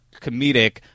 comedic